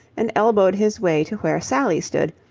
and elbowed his way to where sally stood,